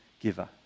giver